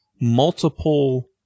multiple